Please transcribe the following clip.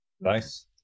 nice